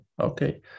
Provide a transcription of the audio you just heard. Okay